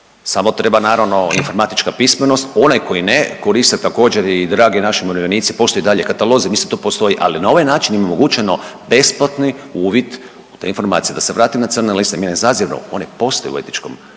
Samo treba, naravno informatička pismenost, onaj koji ne koriste također, i dragi naši umirovljenici, postoje i dalje katalozi, mislim to postoji, ali na ovaj način im je omogućeno besplatni uvid u te informacije. Da se vratim na crne liste. Mi ne zaziremo, oni postoje u etičkom kodeksu